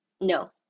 No